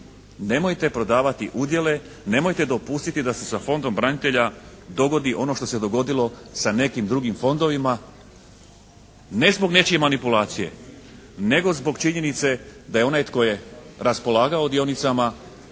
Nemojte prodavati udjele, nemojte dopustiti da se sa Fondom branitelja dogodi ono što se dogodilo sa nekim drugim fondovima, ne zbog nečije manipulacije nego zbog činjenice da je onaj tko je raspolagao dionicama